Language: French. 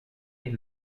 ils